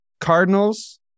Cardinals